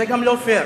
זה גם לא פייר,